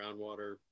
groundwater